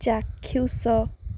ଚାକ୍ଷୁଷ